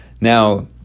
Now